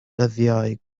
dyddiau